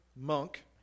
monk